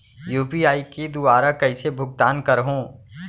UPI के दुवारा कइसे भुगतान करहों?